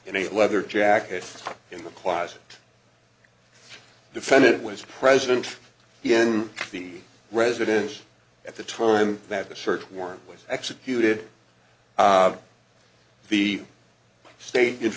in a leather jacket in the closet defendant was president in the residence at the time that the search warrant was executed the state